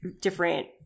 different